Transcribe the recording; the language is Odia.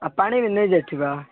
ପାଣି ବି ନେଇ ଯାଇଥିବା